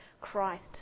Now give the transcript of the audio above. Christ